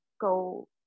go